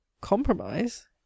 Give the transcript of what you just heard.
Compromise